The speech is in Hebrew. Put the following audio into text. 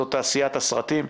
זו תעשיית הסרטים,